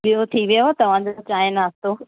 ॿियो थी वियव तव्हांजो चांहिं नास्तो